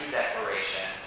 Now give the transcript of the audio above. declaration